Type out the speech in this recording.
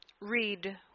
read